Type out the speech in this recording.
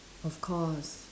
of course